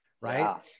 right